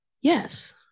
yes